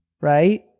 right